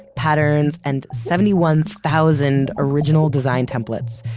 patterns, and seventy one thousand original design templates,